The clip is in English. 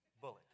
Bullet